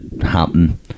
happen